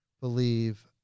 believe